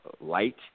light